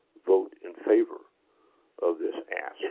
vote in favor of this?